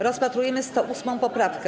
Rozpatrujemy 108. poprawkę.